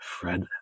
Fred